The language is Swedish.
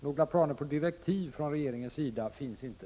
Några planer på direktiv från regeringens sida finns inte.